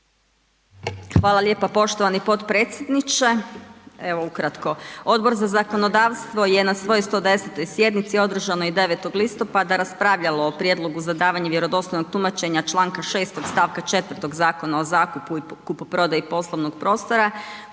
Hvala lijepa poštovani potpredsjedniče. Evo ukratko, Odbor za zakonodavstvo je na svojoj 110. sjednici održanoj 9. listopada raspravljalo o prijedlogu za davanje vjerodostojnog tumačenja čl. 6. st. 4. Zakona o zakupu i kupoprodaji poslovnog prostora